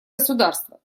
государство